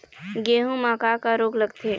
गेहूं म का का रोग लगथे?